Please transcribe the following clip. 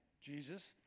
Jesus